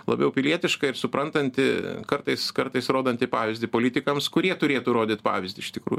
labiau pilietiška ir suprantanti kartais kartais rodanti pavyzdį politikams kurie turėtų rodyt pavyzdį iš tikrųjų